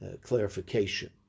clarification